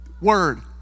word